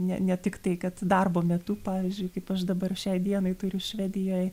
ne tiktai kad darbo metu pavyzdžiui kaip aš dabar šiai dienai turiu švedijoj